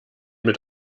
mit